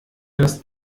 das